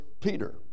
Peter